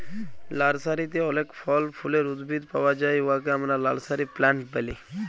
লার্সারিতে অলেক ফল ফুলের উদ্ভিদ পাউয়া যায় উয়াকে আমরা লার্সারি প্লান্ট ব্যলি